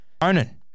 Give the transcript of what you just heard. Onan